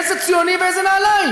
איזה ציוני ואיזה נעליים,